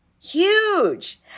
Huge